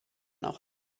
auch